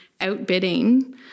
outbidding